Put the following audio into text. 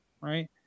right